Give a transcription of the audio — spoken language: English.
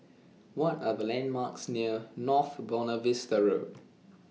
What Are The landmarks near North Buona Vista Road